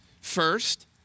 First